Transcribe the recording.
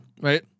right